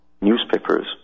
newspapers